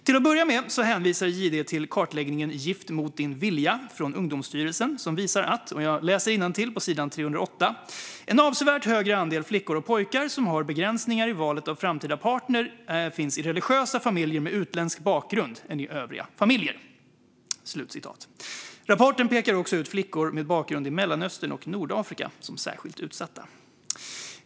Till att börja med hänvisar JD till kartläggningen Gift mot sin vilja från Ungdomsstyrelsen, som visar att det är - jag läser innantill på sidan 308 - "en avsevärt högre andel flickor och pojkar som har begränsningar i valet av framtida partner i religiösa familjer med utländsk bakgrund än i övriga familjer". Rapporten pekar också ut flickor med bakgrund i Mellanöstern och Nordafrika som särskilt utsatta.